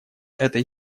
этой